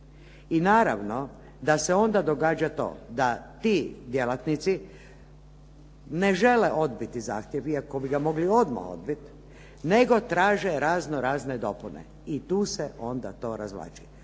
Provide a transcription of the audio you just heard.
I naravno da se onda događa to da ti djelatnici ne žele odbiti zahtjev iako bi ga mogli odmah odbiti nego traže raznorazne dopune i tu se onda to razvlači.